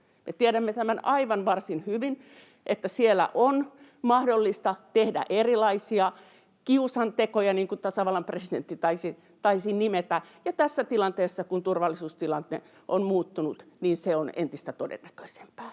tiedämme tämän varsin hyvin, että siellä on mahdollista tehdä erilaisia ”kiusantekoja”, niin kuin tasavallan presidentti taisi ne nimetä, ja tässä tilanteessa, kun turvallisuustilanne on muuttunut, se on entistä todennäköisempää.